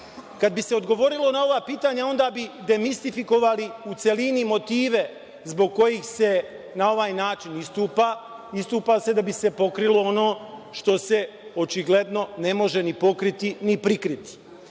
Kad bi se odgovorilo na ova pitanja, onda bi demistifikovali u celini motive zbog kojih se na ovaj način istupa. Istupa se da bi se pokrilo ono što se očigledno ne može ni pokriti, ni prikriti. Da